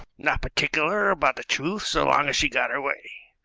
not particular about the truth so long as she got her way.